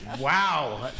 Wow